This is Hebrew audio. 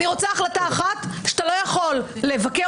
אני רוצה החלטה אחת שאתה לא יכול לבקר